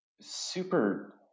super